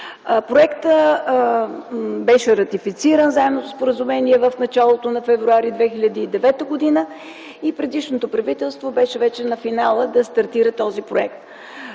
Проектът беше ратифициран със Заемното споразумение в началото на февруари 2009 г. и предишното правителство беше на финала да стартира този проект.